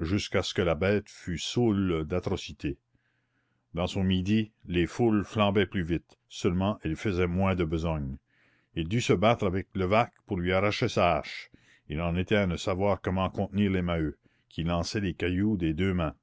jusqu'à ce que la bête fût soûle d'atrocités dans son midi les foules flambaient plus vite seulement elles faisaient moins de besogne il dut se battre avec levaque pour lui arracher sa hache il en était à ne savoir comment contenir les maheu qui lançaient les cailloux des deux mains